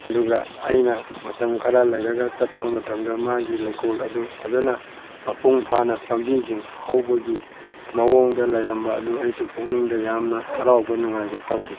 ꯑꯗꯨꯒ ꯑꯩꯅ ꯃꯇꯝ ꯈꯔ ꯂꯩꯔꯒ ꯆꯠꯄ ꯃꯇꯝꯗ ꯃꯥꯒꯤ ꯂꯩꯀꯣꯜ ꯑꯗꯨ ꯐꯖꯅ ꯃꯄꯨꯡ ꯐꯥꯅ ꯄꯥꯝꯕꯤꯁꯤꯡ ꯍꯧꯕꯒꯤ ꯃꯑꯣꯡꯗ ꯂꯩꯔꯝꯕ ꯑꯗꯨ ꯑꯩꯁꯨ ꯄꯨꯛꯅꯤꯡꯗ ꯌꯥꯝꯅ ꯍꯔꯥꯎꯕ ꯅꯨꯡꯉꯥꯏꯕ ꯐꯥꯎꯈꯤ